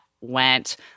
went